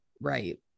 Right